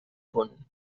punt